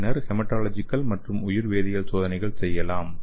பின்னர் ஹீமாட்டாலஜிகல் மற்றும் உயிர்வேதியியல் சோதனை செய்யலாம்